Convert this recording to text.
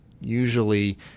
usually